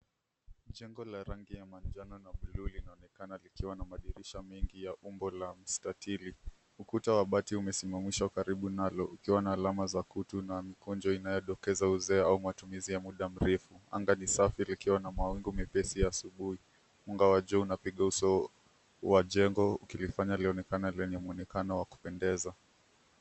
Jengo la rangi ya manjano na bluu linaonekana likiwa na madirisha mengi ya umbo la mstatili. Ukuta wa bati umesimamishwa karibu nalo ukiwa na alama za kutu na mikunjo unaodokeza uzee au matumizi ya muda mrefu. Anga ni safi likiwa na mawingu mepesi ya asubuhi. Mwanga wa juu unapiga uso wa jengo, ukilifanya lionekane lenye mwonekano wa kupendeza.